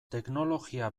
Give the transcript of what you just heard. teknologia